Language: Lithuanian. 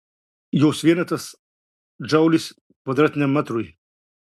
jos vienetas džaulis kvadratiniam metrui